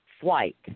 flight